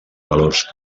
valors